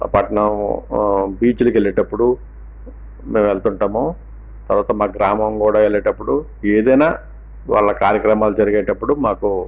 పట్నం బీచ్లకి వెళ్ళేటప్పుడు మేము వెళ్తూ ఉంటాము తర్వాత మా గ్రామం కూడా వెళ్లేటప్పుడు ఏదైనా వాళ్ళ కార్యక్రమాలు జరిగేటప్పుడు మాకు